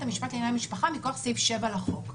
המשפט לענייני משפחה מכוח סעיף 7 לחוק.